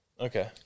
Okay